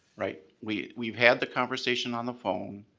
right. we've we've had the conversation on the phone.